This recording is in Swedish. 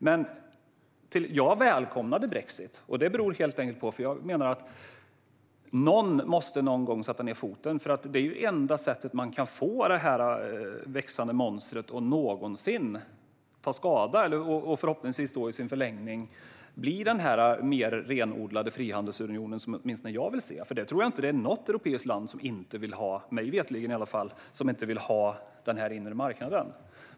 Men jag välkomnade brexit, för jag menar att någon måste någon gång sätta ned foten. Det är enda sättet att få detta växande monster att någonsin ta skada och förhoppningsvis i förlängningen bli den mer renodlade frihandelsunion som åtminstone jag vill se. Jag tror inte att det är något europeiskt land som inte vill ha den inre marknaden.